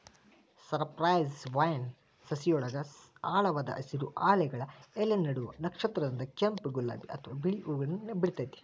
cypress vine ಸಸಿಯೊಳಗ ಆಳವಾದ ಹಸಿರು, ಹಾಲೆಗಳ ಎಲಿ ನಡುವ ನಕ್ಷತ್ರದಂತ ಕೆಂಪ್, ಗುಲಾಬಿ ಅತ್ವಾ ಬಿಳಿ ಹೂವುಗಳನ್ನ ಬಿಡ್ತೇತಿ